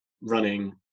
running